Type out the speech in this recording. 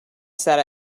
said